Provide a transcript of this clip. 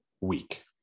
week